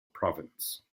province